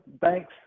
Thanks